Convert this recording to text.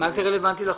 מה זה רלוונטי לחוק?